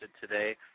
today